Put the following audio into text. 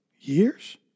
Years